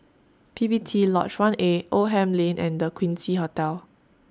P P T Lodge one A Oldham Lane and The Quincy Hotel